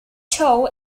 show